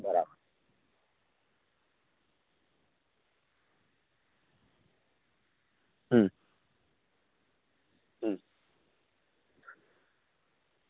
બરાબર હુમ